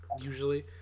Usually